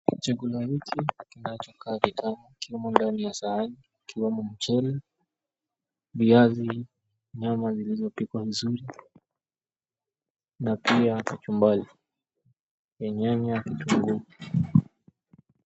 Chakula hichi kinachokaa kitamu kimo ndani ya sahani ikiwemo mchele, viazi, nyama zilizopikwa vizuri na pia kachumbari ya nyanya na kitunguu,